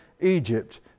Egypt